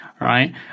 right